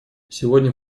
сегодня